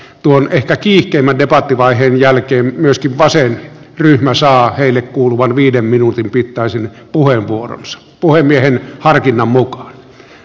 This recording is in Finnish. tuon että kiihkeimmät kotivaiheen jälkeen myös timosen ryhmä saa heille kuuluvan viiden minuutin pikaisen puheenvuoronsa puhemiehen harkinnan vuosina